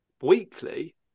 weekly